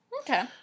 Okay